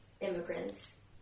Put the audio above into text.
immigrants